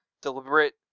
deliberate